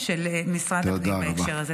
-- של משרד הפנים בהקשר הזה.